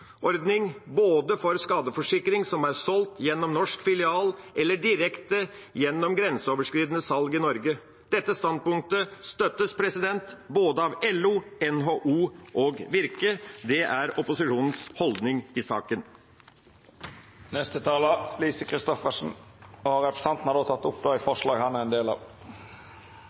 for skadeforsikring som er solgt gjennom norsk filial eller direkte gjennom grenseoverskridende salg i Norge. Dette standpunktet støttes av både LO, NHO og Virke. Det er opposisjonens holdning i saken. Representanten Per Olaf Lundteigen har